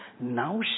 now